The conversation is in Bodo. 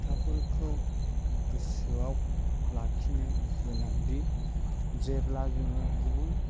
खोथाफोरखौ गोसोआव लाखिनो गोनांदि जेब्ला जोङो गुबुन